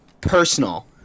personal